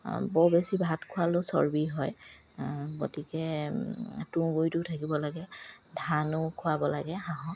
বৰ বেছি ভাত খোৱালেও চৰ্বি হয় গতিকে তুঁহ গুৰিটো থাকিব লাগে ধানো খোৱাব লাগে হাঁহক